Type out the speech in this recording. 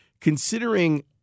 Considering